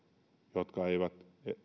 jolloin eivät